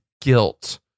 guilt